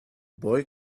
boy